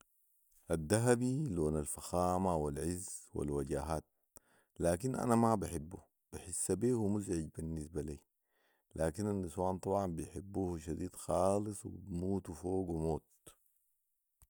الدهبي لون الفخامه والعز والوجاهات لكن انا ما بحبه بحس بيه مزعج بالنسبه لي لكن النسوان طبعا بيحبوه شديد خالص وبيموتوا فوقو موت